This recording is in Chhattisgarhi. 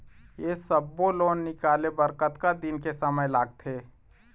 ये सब्बो लोन निकाले बर कतका दिन के समय लगथे?